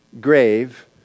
grave